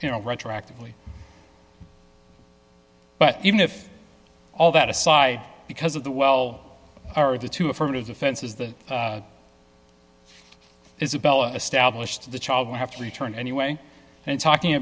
you know retroactively but even if all that aside because of the well are the two affirmative defenses that isabella established the child would have to return anyway and in talking